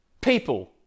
people